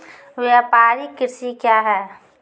व्यापारिक कृषि क्या हैं?